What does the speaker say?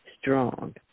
strong